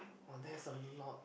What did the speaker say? !wah! that is a lot